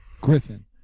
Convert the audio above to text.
griffin